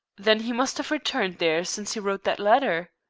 then he must have returned there since he wrote that letter.